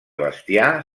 bestiar